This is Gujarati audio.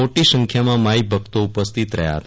મોટી સંખ્યામાં માઈભક્તો ઉપસ્થિત રહ્યા હતા